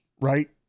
right